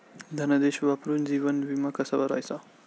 धनादेश वापरून जीवन विमा कसा भरायचा?